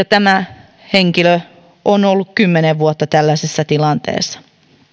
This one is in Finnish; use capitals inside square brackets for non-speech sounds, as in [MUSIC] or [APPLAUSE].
[UNINTELLIGIBLE] tämä henkilö on ollut kymmenen vuotta tällaisessa tilanteessa